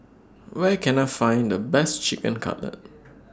Where Can I Find The Best Chicken Cutlet